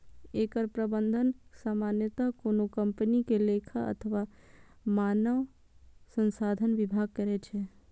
एकर प्रबंधन सामान्यतः कोनो कंपनी के लेखा अथवा मानव संसाधन विभाग करै छै